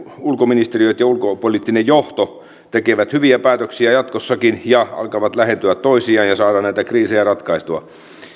ulkoministeriöt ja ulkopoliittinen johto tekevät hyviä päätöksiä jatkossakin ja alkavat lähentyä toisiaan ja saada näitä kriisejä ratkaistua